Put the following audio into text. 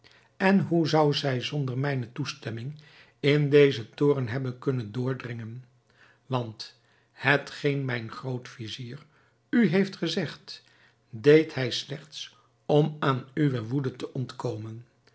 en hoe zou zij zonder mijne toestemming in dezen toren hebben kunnen doordringen want hetgeen mijn groot-vizier u heeft gezegd deed hij slechts om aan uwe woede te ontkomen